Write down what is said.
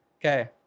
Okay